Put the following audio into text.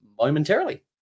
momentarily